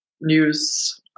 news